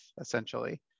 essentially